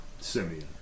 Simeon